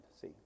see